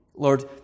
Lord